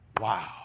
Wow